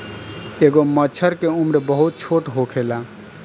एगो मछर के उम्र बहुत छोट होखेला